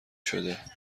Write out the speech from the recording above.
شده